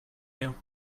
you